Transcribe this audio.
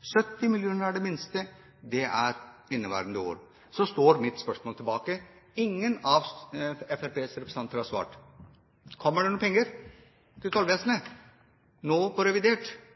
70 mill. kr er det minste, og det er for inneværende år. Så står mitt spørsmål ubesvart. Ingen av fremskrittspartirepresentantene har svart. Kommer det noen penger til tollvesenet nå i forbindelse med revidert